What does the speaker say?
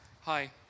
Hi